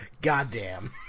goddamn